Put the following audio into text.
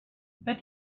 but